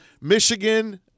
Michigan